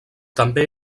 també